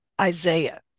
Isaiah